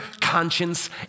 conscience